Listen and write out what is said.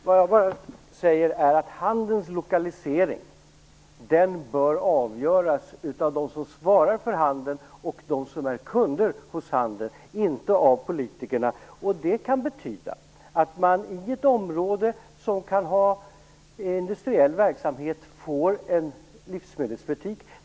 Fru talman! Vad jag säger är att handelns lokalisering bör avgöras av dem som svarar för handeln och av dem som är kunder hos handeln, inte av politikerna. Det kan betyda att man i ett område som kan ha industriell verksamhet får en livsmedelsbutik.